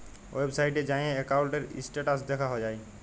ওয়েবসাইটে যাঁয়ে একাউল্টের ইস্ট্যাটাস দ্যাখা যায়